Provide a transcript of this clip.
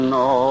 no